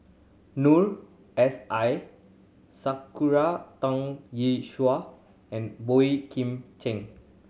Noor S I Sakura Teng Ying Shua and Boey Kim Cheng